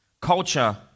Culture